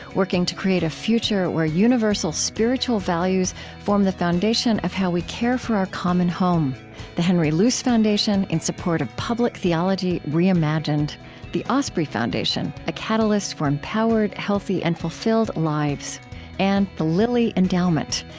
working to create a future where universal spiritual values form the foundation of how we care for our common home the henry luce foundation, in support of public theology reimagined the osprey foundation, a catalyst for empowered, healthy, and fulfilled lives and the lilly endowment,